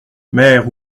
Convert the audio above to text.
mère